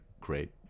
great